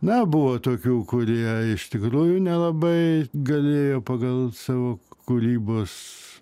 na buvo tokių kurie iš tikrųjų nelabai galėjo pagal savo kūrybos